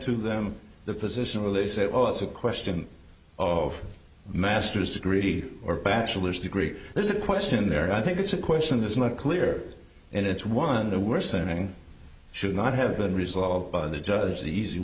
to them the position where they said oh it's a question of master's degree or a bachelor's degree there's a question there i think it's a question it's not clear and it's one of the worsening should not have been resolved by the judge the easy